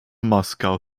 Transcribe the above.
moscow